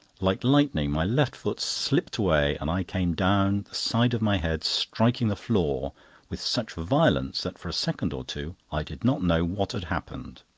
like lightning, my left foot slipped away and i came down, the side of my head striking the floor with such violence that for a second or two i did not know what had happened.